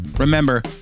Remember